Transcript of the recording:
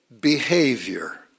behavior